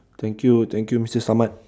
thank you thank you mister Samad